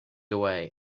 away